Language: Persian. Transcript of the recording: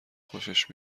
خوشش